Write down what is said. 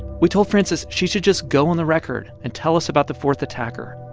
we told frances she should just go on the record and tell us about the fourth attacker.